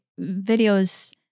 videos